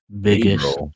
Biggest